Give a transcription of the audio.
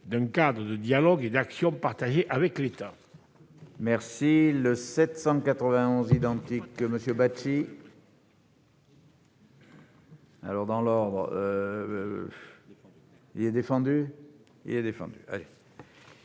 d'un cadre de dialogue et d'action partagés avec l'État.